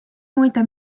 muide